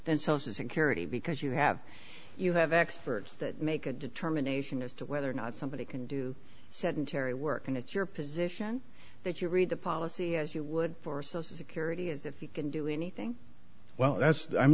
than social security because you have you have experts that make a determination as to whether or not somebody can do sedentary work and it's your position that you read the policy as you would for social security is if you can do anything well that's i